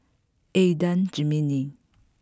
Adan Jimenez